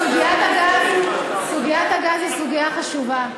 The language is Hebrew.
סוגיית הגז היא סוגיה חשובה.